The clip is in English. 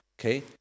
okay